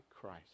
Christ